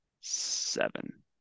seven